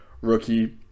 rookie